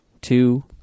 two